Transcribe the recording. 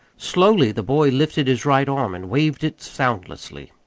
slowly the boy lifted his right arm and waved it soundlessly.